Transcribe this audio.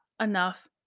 enough